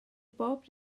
bob